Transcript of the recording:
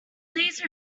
please